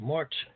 March